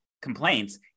complaints